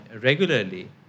regularly